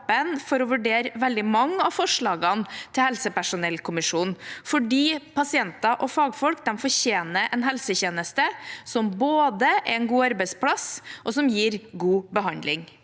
for å vurdere veldig mange av forslagene til helsepersonellkommisjonen fordi pasienter og fagfolk fortjener en helsetjeneste som både er en god arbeidsplass, og som gir god behandling.